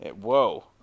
whoa